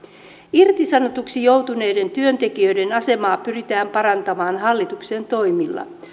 irtisanotuiksi joutuneiden työntekijöiden asemaa pyritään parantamaan hallituksen toimilla